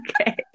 okay